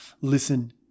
listen